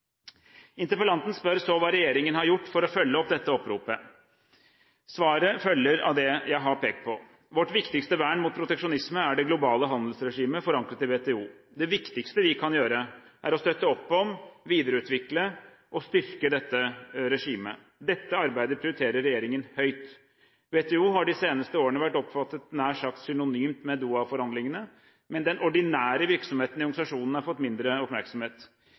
Interpellanten spør hva regjeringen har gjort for å følge opp dette oppropet. Svaret følger av det jeg har pekt på: Vårt viktigste vern mot proteksjonisme er det globale handelsregimet forankret i WTO. Det viktigste vi kan gjøre, er å støtte opp om, videreutvikle og styrke dette regimet. Dette arbeidet prioriterer regjeringen høyt. WTO har de senere årene vært oppfattet nær sagt som synonymt med Doha-forhandlingene. Den ordinære virksomheten i organisasjonen har fått mindre oppmerksomhet.